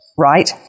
right